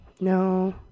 No